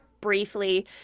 briefly